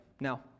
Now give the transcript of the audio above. Now